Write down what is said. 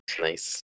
Nice